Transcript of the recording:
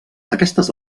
aquestes